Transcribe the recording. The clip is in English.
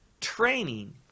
training